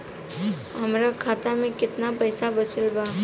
हमरा खाता मे केतना पईसा बचल बा?